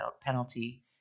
penalty